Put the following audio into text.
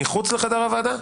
מחוץ לחדר הוועדה,